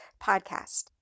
Podcast